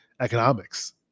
economics